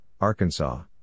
Arkansas